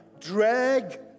drag